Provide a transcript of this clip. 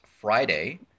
friday